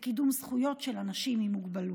עוסקות כמובן בקידום זכויות של אנשים עם מוגבלות: